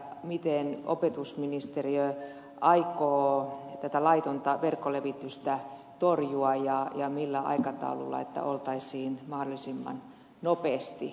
miten opetusministeriö aikoo tätä laitonta verkkolevitystä torjua ja millä aikataululla että oltaisiin mahdollisimman nopeasti liikenteessä